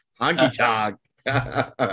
Honky-tonk